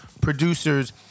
producers